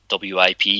WIP